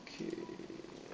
okay